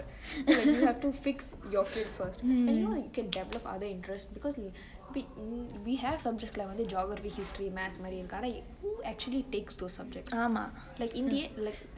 so you have to fix your food first and you know you can dabble with other interests because we have subjects like geography history math who actually takes those subjects